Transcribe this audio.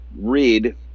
read